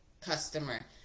customer